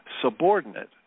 subordinate